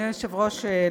אדוני היושב-ראש,